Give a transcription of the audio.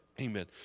Amen